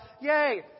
Yay